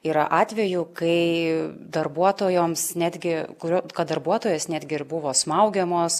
yra atvejų kai darbuotojoms netgi kurio kad darbuotojos netgi ir buvo smaugiamos